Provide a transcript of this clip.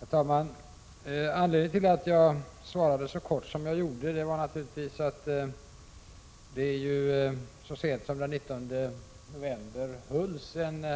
Herr talman! Anledningen till att jag svarade så kortfattat var naturligtvis att det så sent som den 19 november hölls en